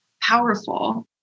powerful